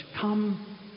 come